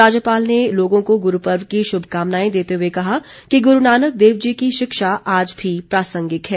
राज्यपाल ने लोगों को गुरू पर्व की शुभकामनाएं देते हुए कहा कि गुरू नानक देव जी की शिक्षा आज भी प्रासंगिक है